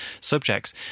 subjects